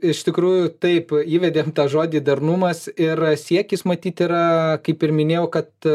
iš tikrųjų taip įvedėm tą žodį darnumas ir siekis matyt yra kaip ir minėjau kad